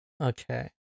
Okay